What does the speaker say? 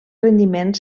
rendiment